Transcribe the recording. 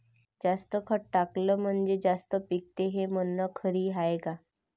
जास्त खत टाकलं म्हनजे जास्त पिकते हे म्हन खरी हाये का?